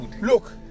Look